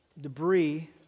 debris